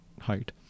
height